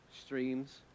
streams